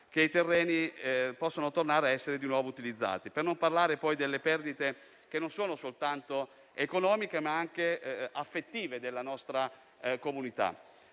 che i terreni possano tornare ad essere di nuovo utilizzati. Per non parlare poi delle perdite, che non sono soltanto economiche, ma anche affettive della nostra comunità.